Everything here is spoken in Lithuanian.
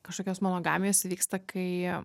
kažkokios monogamijos įvyksta kai